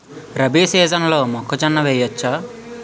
రబీ సీజన్లో మొక్కజొన్న వెయ్యచ్చా?